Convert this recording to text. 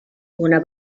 una